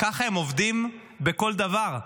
ככה הם עובדים בכל דבר.